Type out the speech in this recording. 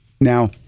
Now